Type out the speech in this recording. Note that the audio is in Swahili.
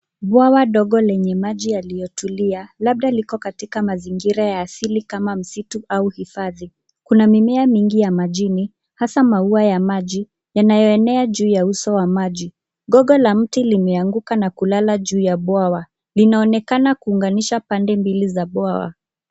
Bwawa dogo lenye maji yaliyotulia, labda liko katika mazingira ya asili kama msitu au hifadhi. Kuna mimea mingi ya majini hasa maua ya maji yanayoenea juu ya uso wa maji. Gogo la mti limeanguka na kulala juu ya bwawa. Linaonekana kuunganisha pande mbili za bwawa.